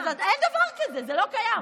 אין דבר כזה, זה לא קיים.